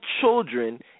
children